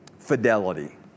fidelity